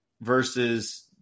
versus